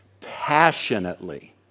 passionately